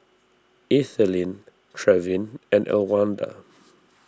Ethelene Trevin and Elwanda